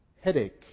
headache